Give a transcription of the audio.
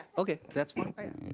okay, that's fine.